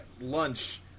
lunch